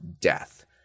death